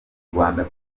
rwanda